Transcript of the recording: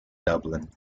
dublin